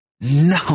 no